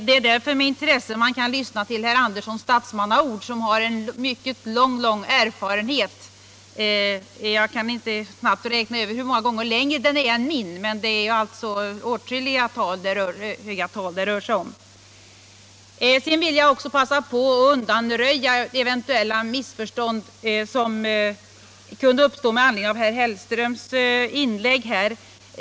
Det är därför med intresse man kan lyssna till Sven Anderssons statsmannaord — han har lång erfarenhet, många gånger längre än jag. Jag vill passa på att undanröja eventuella missförstånd som kan uppstå med anledning av herr Hellströms inlägg.